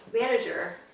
manager